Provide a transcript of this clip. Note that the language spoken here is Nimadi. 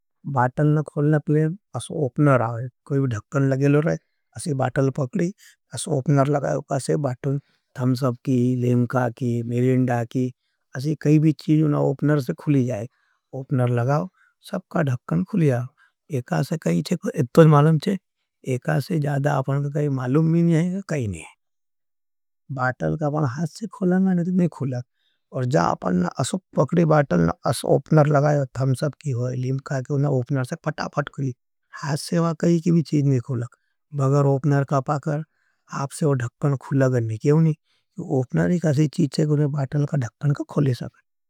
बाटल ना खोलना पलें, अस ओपनर आओ। एक से ज्यादा अपने को मालूम नहीं ये। कोई भी धक्कन लगे लो रहे, असी बाटल पकड़ी, अस ओपनर लगाओ, असे बाटल थमसब की। लेमका की, मेरे इंडा की, असी कई भी चीज़ ना ओपनर से खुली जाए, ओपनर लगाओ, सबका धक्कन खुली आओ।